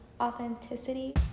authenticity